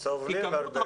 גם סובלים יותר.